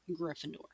Gryffindor